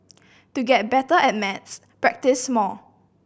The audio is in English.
to get better at maths practise more